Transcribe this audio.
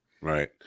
Right